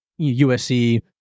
USC